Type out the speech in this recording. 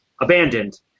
abandoned